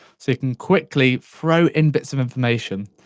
so you can quickly throw in bits of information.